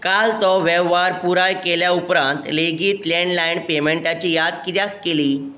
काल तो वेव्हार पुराय केल्या उपरांत लेगीत लँडलायन पेमॅंटाची याद कित्याक केली